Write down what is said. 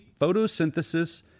Photosynthesis